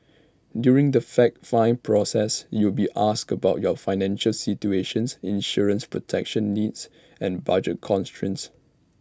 during the fact find process you will be asked about your financial situation insurance protection needs and budget constraints